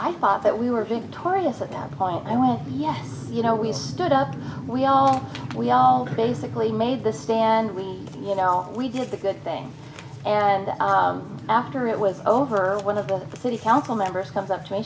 i thought that we were victorious without point i was you know we stood up we all we all basically made the stand we you know we did the good thing and after it was over one of the city council members comes up to me